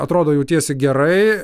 atrodo jautiesi gerai